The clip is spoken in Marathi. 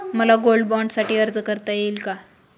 मला गोल्ड बाँडसाठी अर्ज करता येईल का?